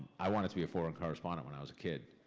i wanted to be a foreign correspondent when i was a kid.